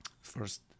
first